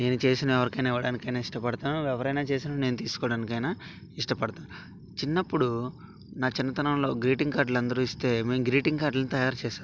నేను చేసింది ఎవరికైనా ఇవ్వడానికైనా ఇష్టపడతాను ఎవరైనా చేసింది అయినా నేను తీసుకోవడానికి ఇష్టపడతాను చిన్నప్పుడు నా చిన్నతనంలో గ్రీటింగ్ కార్డులు అందరు ఇస్తే మేము గ్రీటింగ్ కార్డులు తయారు చేసేవాళ్ళం